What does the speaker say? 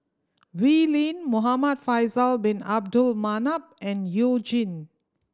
Wee Lin Muhamad Faisal Bin Abdul Manap and You Jin